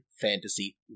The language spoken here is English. fantasy